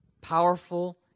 powerful